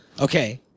Okay